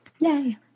Yay